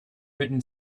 written